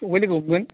अबेहाय लोगो हमगोन